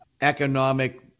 economic